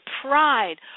pride